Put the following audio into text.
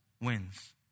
wins